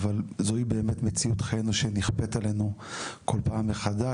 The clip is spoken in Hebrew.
זוהי באמת מציאות חיינו שנכפית עלינו כל פעם מחדש,